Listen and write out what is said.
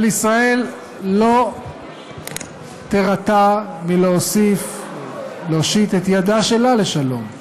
אבל ישראל לא תירתע מלהושיט את ידה שלה לשלום,